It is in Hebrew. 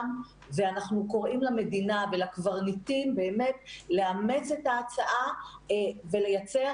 ואנחנו קוראים למדינה ולקברניטים באמת לאמץ את ההצעה ולייצר